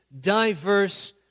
diverse